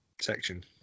section